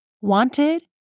wanted